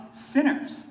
sinners